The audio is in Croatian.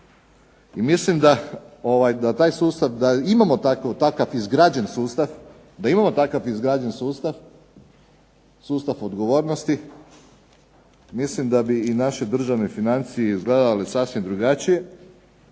I mislim da imamo takav izgrađen sustav, sustav odgovornosti mislim da bi naše državne financije izgledale sasvim drugačije